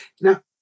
now